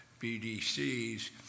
BDCs